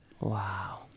Wow